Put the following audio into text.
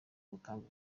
gutanga